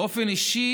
באופן אישי